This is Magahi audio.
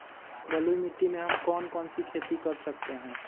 बलुई मिट्टी में हम कौन कौन सी खेती कर सकते हैँ?